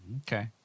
Okay